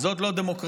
זאת לא דמוקרטיה,